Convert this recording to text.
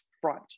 front